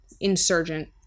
insurgent